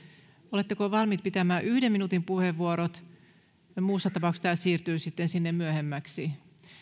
oletteko valmiit pitämään yhden minuutin puheenvuorot muussa tapauksessa tämä siirtyy sitten sinne myöhemmäksi